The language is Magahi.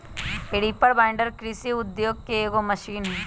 रीपर बाइंडर कृषि उद्योग के एगो मशीन हई